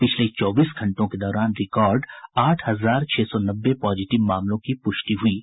पिछले चौबीस घंटों के दौरान रिकॉर्ड आठ हजार छह सौ नब्बे पॉजिटिव मामलों की पुष्टि हुई है